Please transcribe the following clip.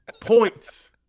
points